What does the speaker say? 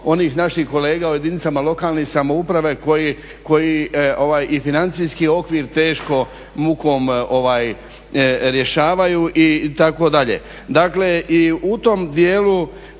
naših kolega u jedinicama lokalne samouprave koji i financijski okvir teškom mukom rješavaju, itd. Dakle,